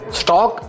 stock